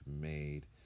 made